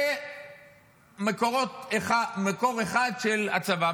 זה מקור אחד של הצבא.